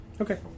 Okay